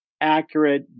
accurate